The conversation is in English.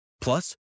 Plus